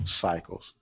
cycles